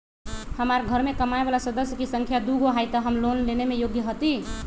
हमार घर मैं कमाए वाला सदस्य की संख्या दुगो हाई त हम लोन लेने में योग्य हती?